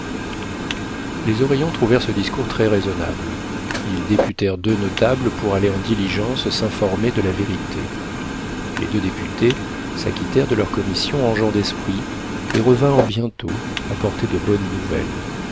les oreillons trouvèrent ce discours très raisonnable ils députèrent deux notables pour aller en diligence s'informer de la vérité les deux députés s'acquittèrent de leur commission en gens d'esprit et revinrent bientôt apporter de bonnes nouvelles